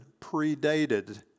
predated